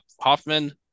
Hoffman